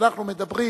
ואנחנו מדברים,